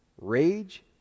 rage